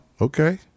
Okay